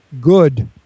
Good